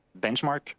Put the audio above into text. benchmark